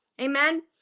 Amen